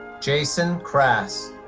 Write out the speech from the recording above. jason kras.